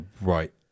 right